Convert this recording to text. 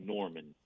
Norman